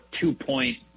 two-point